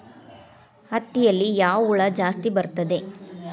ಹತ್ತಿಯಲ್ಲಿ ಯಾವ ಹುಳ ಜಾಸ್ತಿ ಬರುತ್ತದೆ?